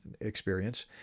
experience